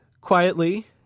quietly